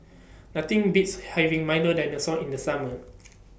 Nothing Beats having Milo Dinosaur in The Summer